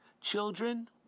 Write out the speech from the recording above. children